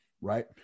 right